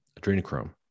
adrenochrome